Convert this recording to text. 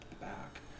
back